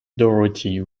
dorothy